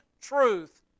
truth